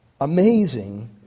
Amazing